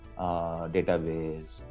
database